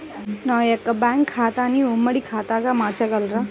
నా యొక్క బ్యాంకు ఖాతాని ఉమ్మడి ఖాతాగా మార్చగలరా?